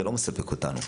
זה לא מספק אותנו.